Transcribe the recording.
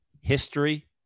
history